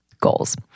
goals